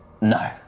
No